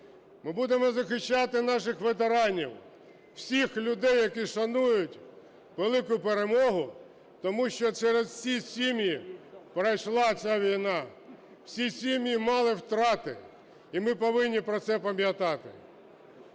Ми будемо захищати наших ветеранів, всіх людей, які шанують велику перемогу, тому що через всі сім'ї пройшла ця війна, всі сім'ї мали втрати, і ми повинні про це пам'ятати.